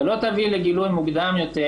אתה לא תביא לגילוי מוקדם יותר.